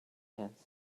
hands